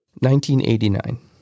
1989